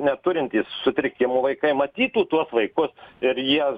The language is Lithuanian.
neturintys sutrikimo vaikai matytų tuos vaikus ir jie